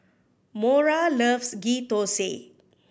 Mora loves Ghee Thosai